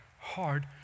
hard